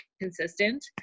consistent